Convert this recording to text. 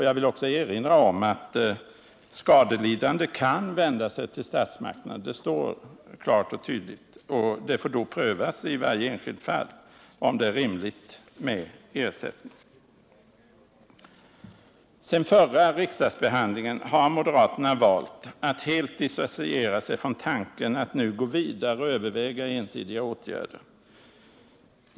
Jag vill också erinra om att skadelidande kan vända sig till statsmakterna — det står klart och tydligt. I varje enskilt fall får man då pröva om det är rimligt med ersättning. Sedan förra riksdagsbehandlingen har moderaterna valt att helt disassociera sig från tanken att nu gå vidare och överväga ensidiga åtgärder.